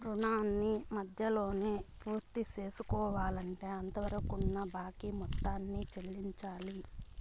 రుణాన్ని మధ్యలోనే పూర్తిసేసుకోవాలంటే అంతవరకున్న బాకీ మొత్తం చెల్లించాలి